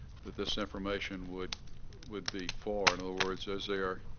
this information would would be for. in other words, is there